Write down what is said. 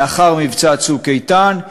לאחר מבצע "צוק איתן",